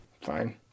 Fine